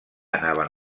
anaven